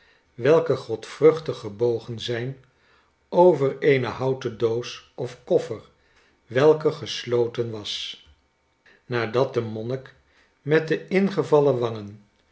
welke godvruchtig gebogen zijn over eene houten doos of koffer welke gesloten was nadat de monnik met de ingevallen wangen